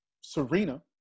serena